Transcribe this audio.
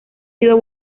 sido